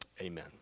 amen